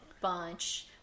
bunch